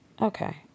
Okay